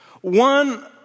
one